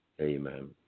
Amen